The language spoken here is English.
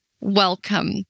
welcome